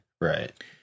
right